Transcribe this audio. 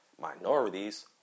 minorities